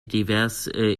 diverses